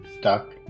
stuck